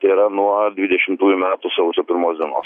tai yra nuo dvidešimtųjų metų sausio pirmos dienos